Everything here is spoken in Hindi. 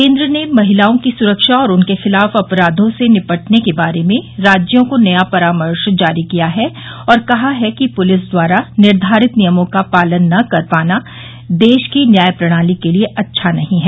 केन्द्र ने महिलाओं की सुरक्षा और उनके खिलाफ अपराधों से निपटने के बारे में राज्यों को नया परामर्श जारी किया है और कहा है कि पुलिस द्वारा निर्धारित नियमों का पालन न कर पाना देश की न्याय प्रणाली के लिए अच्छा नहीं है